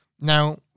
Now